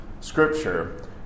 Scripture